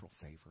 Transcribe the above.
favor